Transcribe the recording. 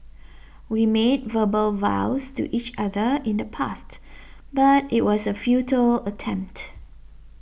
we made verbal vows to each other in the past but it was a futile attempt